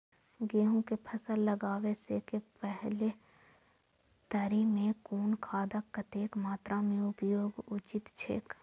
गेहूं के फसल लगाबे से पेहले तरी में कुन खादक कतेक मात्रा में उपयोग उचित छेक?